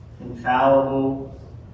infallible